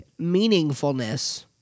meaningfulness